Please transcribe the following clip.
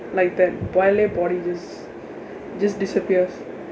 like that ballet body just just disappears